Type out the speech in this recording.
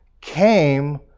came